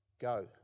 Go